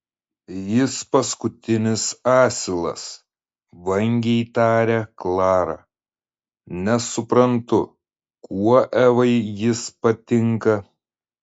jis paskutinis asilas vangiai taria klara nesuprantu kuo evai jis patinka